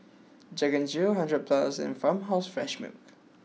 Jack N Jill hundred plus and Farmhouse Fresh Milk